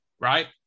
right